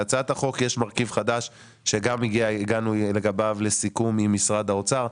בהצעת החוק יש מרכיב חדש שגם לגביו הגענו לסיכום עם משרד האוצר.